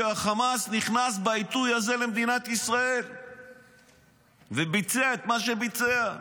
שחמאס נכנס בעיתוי הזה למדינת ישראל וביצע את מה שביצע.